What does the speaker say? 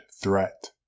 threat